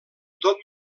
tot